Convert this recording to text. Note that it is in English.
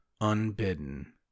unbidden